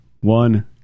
one